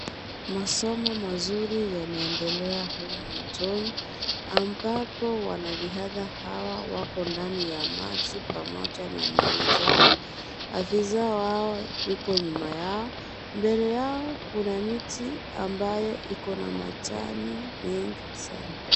Masomo mazuri yanendele humu mtoni ambapo wanariadha hawa wako ndani ya maji pamoja na mwili zao. Afisa wao yuko nyuma yao. Mbele yao kuna miti ambayo iko na majani mengi sana.